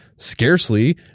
Scarcely